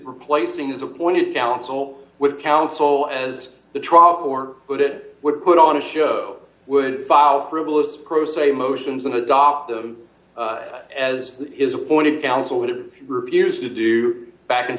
replacing his appointed counsel with counsel as the trial for what it would put on a show would file frivolous pro se motions and adopt them as his appointed counsel would have refused to do back in